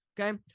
Okay